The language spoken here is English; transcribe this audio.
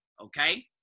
okay